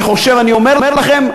אני אומר לכם,